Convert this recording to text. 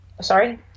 sorry